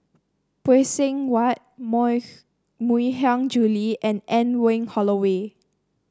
Phay Seng Whatt Mui Hiang Julie and Anne Wong Holloway